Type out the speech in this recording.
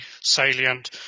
salient